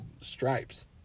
stripes